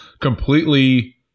completely